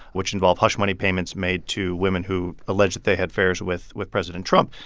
which involve hush money payments made to women who allege that they had affairs with with president trump.